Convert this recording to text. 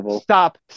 stop